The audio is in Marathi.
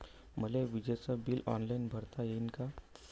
मले विजेच बिल ऑनलाईन भरता येईन का?